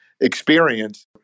experience